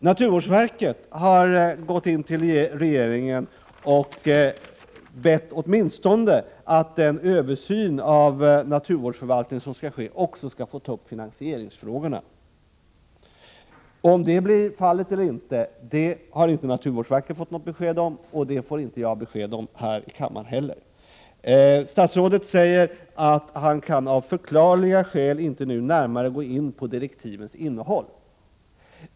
Naturvårdsverket har gått in till regeringen och bett att den översyn av naturvårdsförvaltningen som skall ske också skall gälla finansieringsfrågorna. Huruvida så blir fallet har naturvårdsverket inte fått besked om, och det får inte jag besked om här i kammaren heller. Jordbruksministern kan ”av förklarliga skäl inte nu närmare gå in på direktivens innehåll”, säger han.